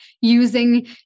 using